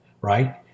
right